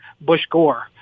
Bush-Gore